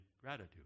gratitude